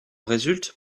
résulte